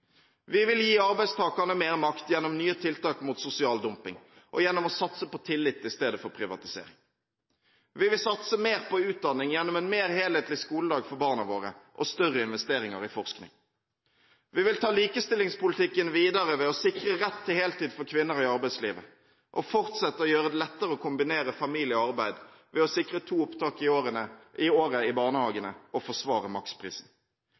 Vi vil gi arbeidstakerne mer makt gjennom nye tiltak mot sosial dumping og gjennom å satse på tillit i stedet for privatisering. Vi vil satse mer på utdanning gjennom en mer helhetlig skoledag for barna våre og større investeringer i forskning. Vi vil ta likestillingspolitikken videre ved å sikre rett til heltid for kvinner i arbeidslivet og fortsette å gjøre det lettere å kombinere familie og arbeid ved å sikre to opptak i året i barnehagene og forsvare maksprisen.